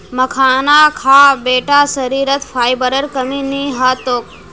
मखाना खा बेटा शरीरत फाइबरेर कमी नी ह तोक